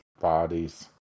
Bodies